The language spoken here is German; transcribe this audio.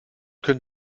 können